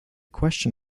question